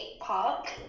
Park